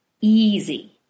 easy